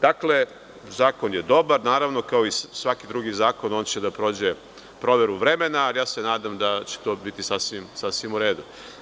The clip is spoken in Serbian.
Dakle, zakon je dobar, naravno kao i svaki drugi zakon on će da prođe proveru vremena, ja se nadam da će to biti sasvim u redu.